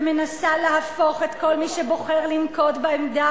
ומנסה להפוך את כל מי שבוחר לנקוט את העמדה